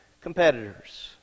competitors